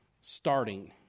starting